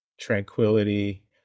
tranquility